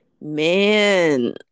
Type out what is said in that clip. Man